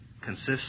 consists